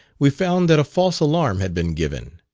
we found that a false alarm had been given.